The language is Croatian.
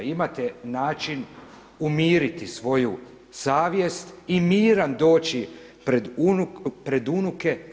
Imate način umiriti svoju savjest i miran doći pred unuke.